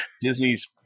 disney's